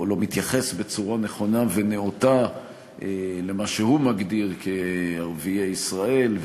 לא מתייחס בצורה נכונה ונאותה למה שהוא מגדיר ערביי ישראל,